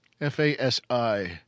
F-A-S-I